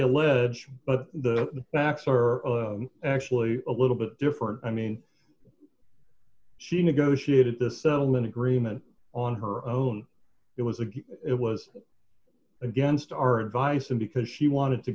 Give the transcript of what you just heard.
allege but the facts are actually a little bit different i mean she negotiated the settlement agreement on her own it was a it was against our advice and because she wanted to